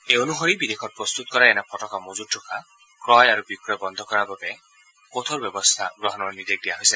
এই অনুসৰি বিদেশত প্ৰস্তুত কৰা এনে ফটকা মজুত ৰখা ক্ৰয়আৰু বিক্ৰয় বন্ধ কৰাৰ বাবে কঠোৰ ব্যৱস্থা গ্ৰহণৰ নিৰ্দেশ দিয়া হৈছে